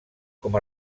com